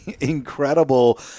incredible